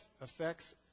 affects